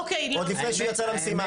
עוד לפני שהוא יצא למשימה.